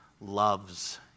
loves